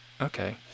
Okay